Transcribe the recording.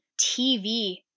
TV